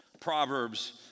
Proverbs